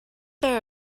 there